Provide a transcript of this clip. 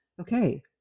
okay